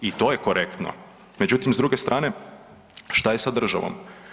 I to je korektno, međutim, s druge strane, što je sa državom?